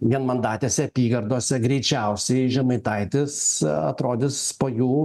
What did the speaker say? vienmandatėse apygardose greičiausiai žemaitaitis atrodys po jų